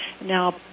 Now